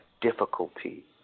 difficulty